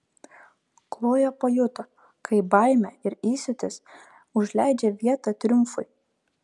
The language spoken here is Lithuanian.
kloja pajuto kaip baimė ir įsiūtis užleidžia vietą triumfui